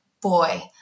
boy